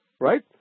right